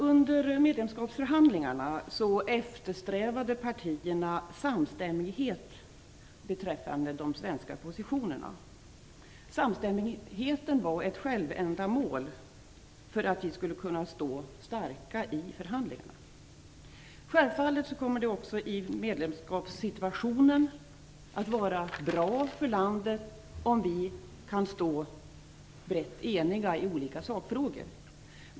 Under medlemskapsförhandlingarna eftersträvade partierna samstämmighet beträffande de svenska positionerna. Samstämmigheten var ett självändamål för att vi skulle kunna stå starka i förhandlingarna. Självfallet kommer det också i medlemskapssituationen att vara bra för landet om vi kan stå brett eniga i olika sakfrågor.